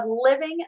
Living